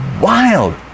wild